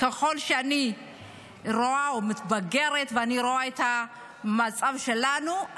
ככל שאני מתבגרת ואני רואה את המצב שלנו,